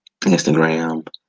Instagram